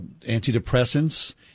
antidepressants